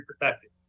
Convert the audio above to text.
protected